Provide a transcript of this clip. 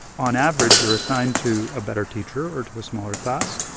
on average, you're assigned to a better teacher or to a smaller class,